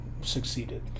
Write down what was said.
succeeded